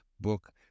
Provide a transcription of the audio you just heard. book